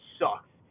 sucks